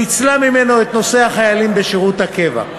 פיצלה ממנו את נושא החיילים בשירות הקבע.